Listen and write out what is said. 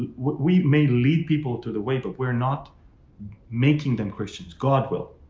we may lead people to the way, but we're not making them questions. god, will.